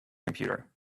computer